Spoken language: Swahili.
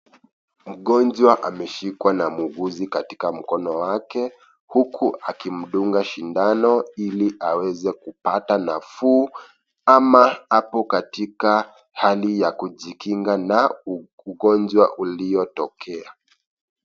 Mgonjwa ameshikwa na muuguzi katika mkono wake, huku akimdunga sindano ili aweze kupata nafuu ama hapo katika hali ya kujikinga na ugonjwa uliotokea.